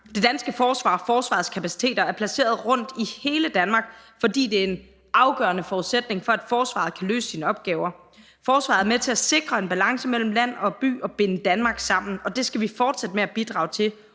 Det danske forsvar og forsvarets kapaciteter er placeret rundt i hele Danmark, for det er en afgørende forudsætning for, at forsvaret kan løse sine opgaver. Forsvaret er med til at sikre en balance mellem land og by og binde Danmark sammen. Det skal vi fortsætte med at bidrage til,